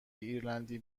ایرلندی